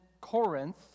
Corinth